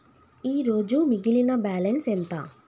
ఈరోజు మిగిలిన బ్యాలెన్స్ ఎంత?